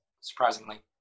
surprisingly